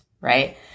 right